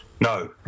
no